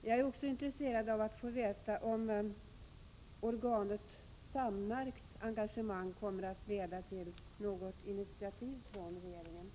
Jag är också intresserad av att få veta om Samnark:s engagemang kommer att leda till något initiativ från regeringen.